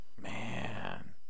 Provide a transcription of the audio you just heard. Man